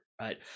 right